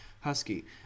Husky